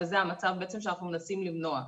וזה המצב בעצם שאנחנו מנסים למנוע.